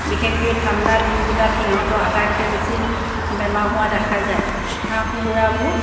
বিশেষকৈ ঠাণ্ডা দিনকেইটাত সিহঁতৰ আটাইতকৈ বেছি বেমাৰ হোৱা দেখা যায় হাঁহ কুকুৰাবোৰ